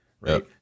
Right